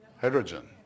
Hydrogen